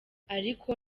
ariko